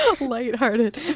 lighthearted